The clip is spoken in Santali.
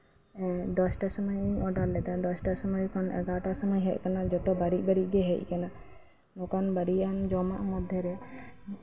ᱫᱚᱥᱴᱟ ᱥᱚᱢᱚᱭ ᱤᱧ ᱚᱰᱟᱨ ᱞᱮᱫᱟ ᱫᱚᱥᱴᱟ ᱥᱚᱢᱚᱭ ᱠᱷᱚᱱ ᱮᱜᱟᱨᱳᱴᱟ ᱥᱚᱢᱚᱭ ᱜᱮ ᱦᱮᱡ ᱠᱟᱱᱟ ᱡᱚᱛᱚ ᱵᱟᱹᱲᱤᱡ ᱵᱟᱹᱲᱤᱡ ᱜᱮ ᱦᱮᱡ ᱠᱟᱱᱟ ᱱᱚᱝᱠᱟᱱ ᱵᱟᱹᱲᱤᱡ ᱟᱜ ᱡᱚᱢᱟᱜ ᱢᱚᱫᱽᱫᱷᱮᱨᱮ